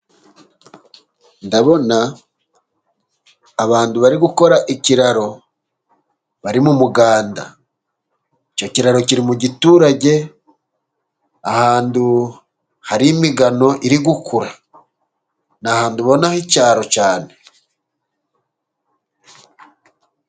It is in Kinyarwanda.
Ndabona abandu bari gukora ikiraro bari mu muganda. Icyo kiraro kiri mu giturage, ahandu hari imigano iri gukura. Ni ahandu ubona h'icaro cane.